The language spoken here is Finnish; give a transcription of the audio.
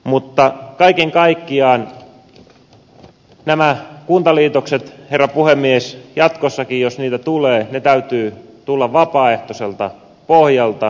mutta kaiken kaikkiaan herra puhemies jatkossakin jos näitä kuntaliitoksia tulee niiden täytyy tulla vapaaehtoiselta pohjalta